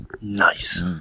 Nice